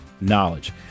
knowledge